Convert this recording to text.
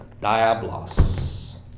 Diablos